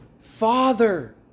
Father